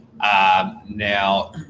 Now